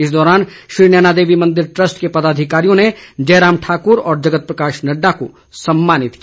इस दौरान श्री नयना देवी मंदिर ट्रस्ट के पदाधिकारियों ने जयराम ठाकुर और जगत प्रकाश नड्डा को सम्मानित किया